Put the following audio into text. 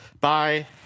Bye